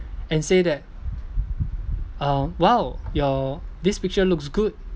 and say that uh !wow! your this picture looks good